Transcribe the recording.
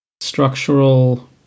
structural